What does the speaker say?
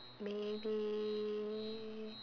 maybe